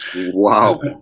Wow